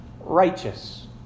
righteous